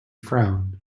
frowned